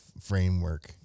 framework